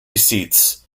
seats